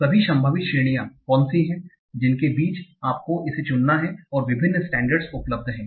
सभी संभावित श्रेणियां कौन सी हैं जिनके बीच आपको इसे चुनना है और विभिन्न स्टेंडर्डस उपलब्ध हैं